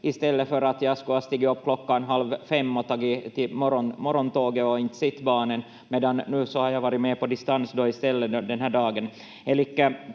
i stället för att jag skulle ha stigit upp klockan halv fem och tagit morgontåget och inte sett barnen. Nu har jag varit med på distans i stället den här dagen.